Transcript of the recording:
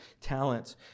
talents